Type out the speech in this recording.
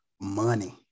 money